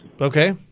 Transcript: Okay